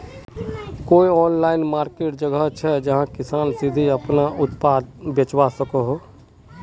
कोई online market जगह छे जहाँ किसान सीधे अपना उत्पाद बचवा सको हो?